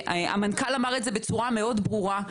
והמנכ"ל אמר את זה בצורה מאוד ברורה.